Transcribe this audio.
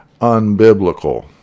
unbiblical